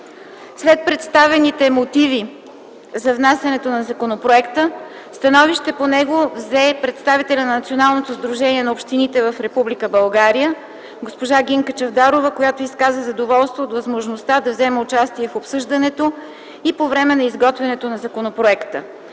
След представените мотиви за внасянето на законопроекта, становище по него взе и представителят на Националното сдружение на общините в Република България госпожа Гинка Чавдарова, която изказа задоволство от възможността да вземе участие в обсъждането и по време на изготвянето на законопроекта.